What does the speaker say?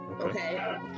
Okay